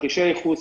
תרחישי הייחוס,